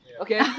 Okay